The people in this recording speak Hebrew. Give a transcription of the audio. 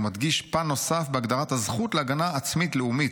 ומדגיש פן נוסף בהגדרת הזכות להגנה עצמית לאומית,